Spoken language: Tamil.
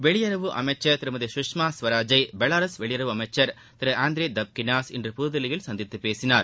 வெளியுறவு அமைச்சா் திருமதி கஷ்மா ஸ்வராஜை பெலாரஸ் வெளியுறவு அமைச்சா் திரு ஆந்த்ரி டப்கினாஸ் இன்று புதுதில்லியில் சந்தித்து பேசினார்